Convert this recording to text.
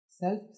self